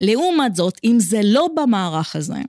לעומת זאת, אם זה לא במערך הזה.